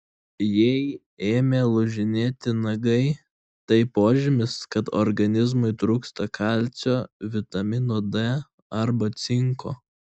jei ėmė lūžinėti nagai tai požymis kad organizmui trūksta kalcio vitamino d arba cinko